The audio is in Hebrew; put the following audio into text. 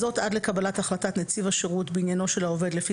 זאת עד לקבלת החלטת נציב השירות בעניינו של העובד לפי